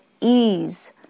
ease